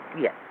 Yes